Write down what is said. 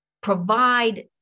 provide